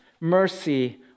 mercy